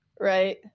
Right